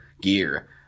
gear